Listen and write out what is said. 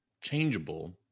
changeable